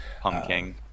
pumpkin